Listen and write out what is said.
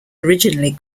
originally